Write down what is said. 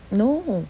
no